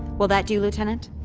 will that do, lieutenant?